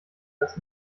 das